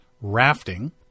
rafting